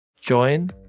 Join